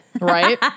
Right